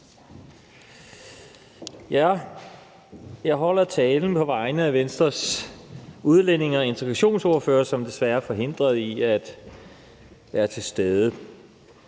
Jeg holder talen på vegne af Venstres udlændinge- og integrationsordfører, som desværre er forhindret i at være til stede.